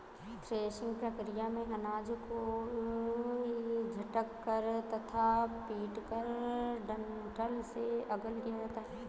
threshing प्रक्रिया में अनाज को झटक कर तथा पीटकर डंठल से अलग किया जाता है